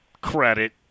credit